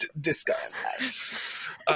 Discuss